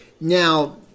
Now